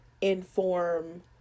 inform